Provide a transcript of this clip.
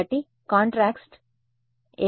కాబట్టి కాంట్రాస్ట్ ఏమి అవుతుంది